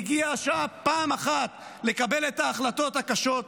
והגיעה השעה פעם אחת לקבל את ההחלטות הקשות?